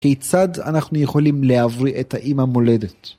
כיצד אנחנו יכולים להבריא את האימא המולדת?